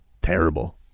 Terrible